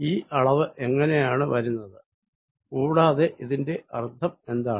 ഈ അളവ് എങ്ങിനെയാണ് വരുന്നത് കൂടാതെ ഇതിന്റെ അർഥം എന്താണ്